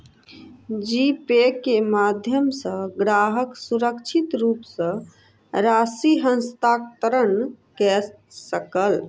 जी Pay के माध्यम सॅ ग्राहक सुरक्षित रूप सॅ राशि हस्तांतरण कय सकल